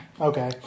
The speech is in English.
Okay